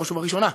בראש ובראשונה,